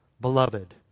beloved